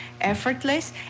effortless